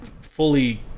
fully